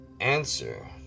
answer